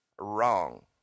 wrong